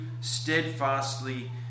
steadfastly